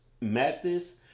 Mathis